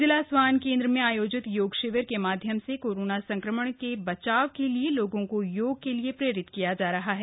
जिला स्वान केंद्र में आयोजित योग शिविर के माध्यम से कोराना संक्रमण से बचाव के लिए लोगों को योग के लिए प्रेरित किया जा रहा है